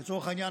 לצורך העניין,